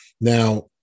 Now